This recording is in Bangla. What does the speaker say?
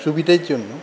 সুবিধের জন্য